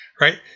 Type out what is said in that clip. right